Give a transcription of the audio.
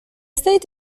state